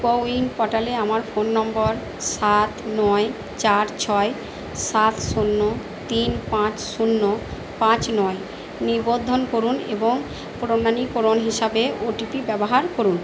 কো win পোর্টালে আমার phone number সাত নয় চার ছয় সাত শূন্য তিন পাঁচ শূন্য পাঁচ নয় নিবদ্ধন করুন এবং প্রমাণীকরণ হিসাবে ওটিপি ব্যবহার করুন